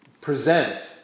present